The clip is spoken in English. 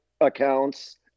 accounts